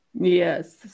Yes